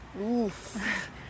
Oof